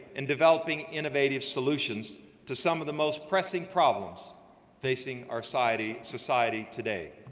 and developing innovative solutions to some of the most pressing problems facing our society society today.